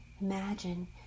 Imagine